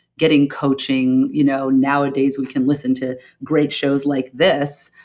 getting coaching. you know nowadays we can listen to great shows like this,